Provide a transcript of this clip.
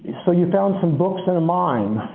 so you found some books in a mine?